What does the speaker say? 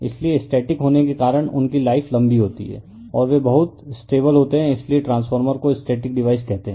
इसलिए स्टेटिक होने के कारण उनकी लाइफ लम्बी होती है और वे बहुत स्टेबल होते हैं इसलिए ट्रांसफार्मर को स्टेटिक डिवाइस कहते है